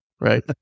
Right